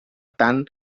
tant